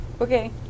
Okay